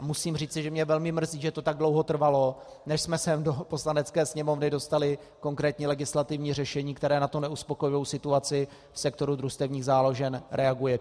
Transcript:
A musím říci, že mě velmi mrzí, že to tak dlouho trvalo, než jsme sem do Poslanecké sněmovny dostali konkrétní legislativní řešení, které na tu neuspokojivou situaci sektoru družstevních záložen reaguje.